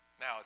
Now